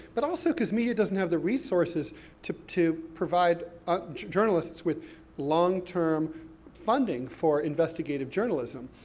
but also, because media doesn't have the resources to to provide um journalists with long term funding for investigative journalism,